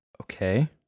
Okay